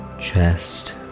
chest